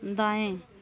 दाएँ